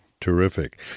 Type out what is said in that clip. Terrific